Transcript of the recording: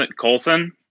Colson